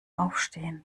aufstehen